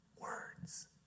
words